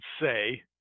say